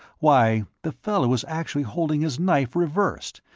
why, the fellow was actually holding his knife reversed,